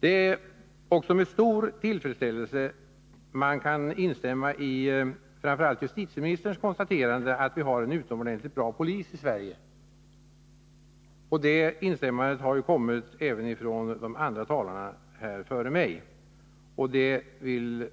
Det är också med stor tillfredsställelse man kan instämma i framför allt justitieministerns konstaterande, att vi har en utomordentligt bra polis i Sverige. Sådana instämmanden har gjorts även av 13 de föregående talarna, och jag vill